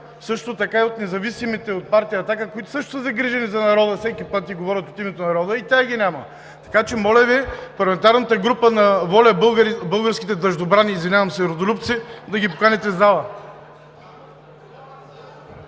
Също така и независимите от партия „Атака“, които също са загрижени за народа всеки път и говорят от името на народа, и тях ги няма. Така че, моля Ви, парламентарната група на „ВОЛЯ – Българските дъждобрани“, извинявам се, „Родолюбци“, да ги поканите в залата.